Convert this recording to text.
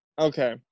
Okay